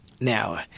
Now